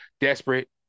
desperate